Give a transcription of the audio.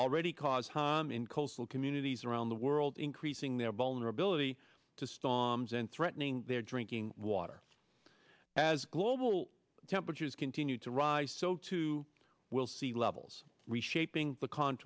already cause harm in coastal communities around the world increasing their vulnerability to stomp and threatening their drinking water as global temperatures continue to rise so too will sea levels reshaping